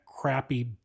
crappy